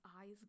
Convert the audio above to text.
eyes